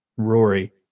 Rory